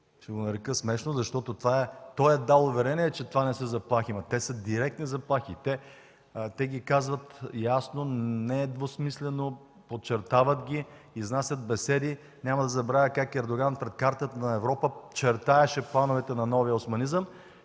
просто е смешно, защото той е дал уверение, че това не са заплахи, но те са директни заплахи, те ги казват ясно, недвусмислено, подчертават ги, изнасят беседи. Няма да забравя как Ердоган пред картата на Европа чертаеше плановете на новия османизъм